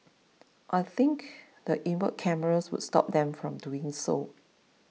I think the inward cameras would stop them from doing so